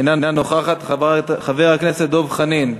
אינה נוכחת, חבר הכנסת דב חנין,